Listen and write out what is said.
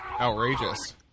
outrageous